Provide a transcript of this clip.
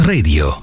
Radio